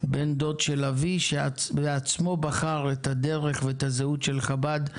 בן דוד של אבי שבעצמו בחר את הדרך ואת הזהות של חב"ד,